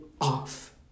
off